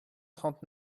trente